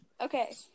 Okay